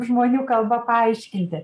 žmonių kalba paaiškinti